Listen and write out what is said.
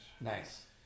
Nice